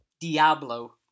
Diablo